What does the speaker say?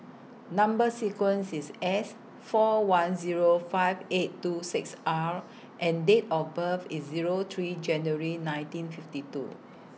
Number sequence IS S four one Zero five eight two six R and Date of birth IS Zero three January nineteen fifty two